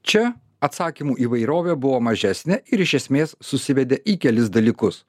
čia atsakymų įvairovė buvo mažesnė ir iš esmės susivedė į kelis dalykus